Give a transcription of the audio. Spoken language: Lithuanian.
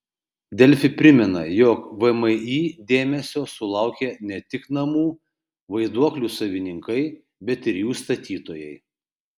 delfi primena jog vmi dėmesio sulaukė ne tik namų vaiduoklių savininkai bet ir jų statytojai